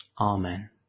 Amen